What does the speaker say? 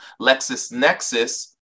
LexisNexis